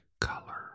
color